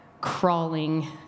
crawling